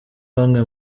bamwe